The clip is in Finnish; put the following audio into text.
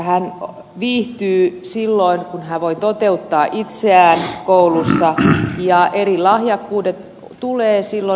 hän viihtyy silloin kun hän voi toteuttaa itseään koulussa ja eri lahjakkuudet tulee silloin ottaa huomioon